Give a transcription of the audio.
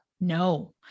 No